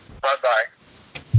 Bye-bye